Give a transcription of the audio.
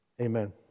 Amen